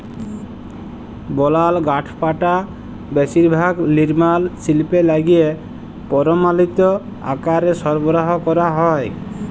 বলাল কাঠপাটা বেশিরভাগ লিরমাল শিল্পে লাইগে পরমালিত আকারে সরবরাহ ক্যরা হ্যয়